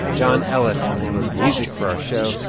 john ellis composed music for our show,